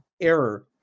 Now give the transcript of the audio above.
error